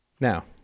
Now